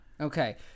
Okay